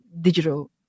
digital